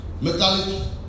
metallic